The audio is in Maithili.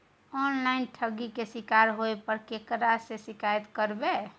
ऑनलाइन ठगी के शिकार होय पर केकरा से शिकायत करबै?